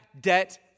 debt